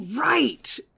right